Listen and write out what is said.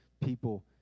people